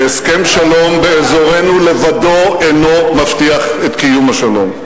ודאי אתם יודעים שהסכם שלום באזורנו לבדו אינו מבטיח את קיום השלום,